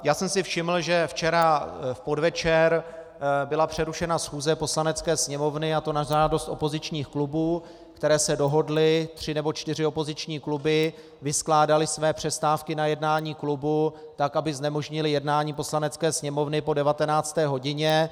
Já jsem si všiml, že včera vpodvečer byla přerušena schůze Poslanecké sněmovny, a to na žádost opozičních klubů, které se dohodly, tři nebo čtyři opoziční kluby, vyskládaly své přestávky na jednání klubů tak, aby znemožnily jednání Poslanecké sněmovny po 19. hodině.